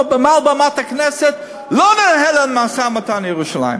מעל במת הכנסת שלא לנהל משא-ומתן על ירושלים.